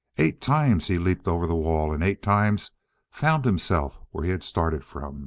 eight times he leaped over the wall and eight times found himself where he had started from